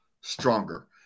stronger